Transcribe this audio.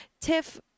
tiff